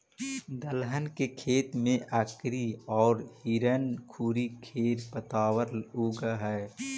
दलहन के खेत में अकरी औउर हिरणखूरी खेर पतवार उगऽ हई